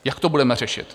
Jak to budeme řešit?